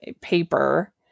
paper